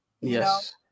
yes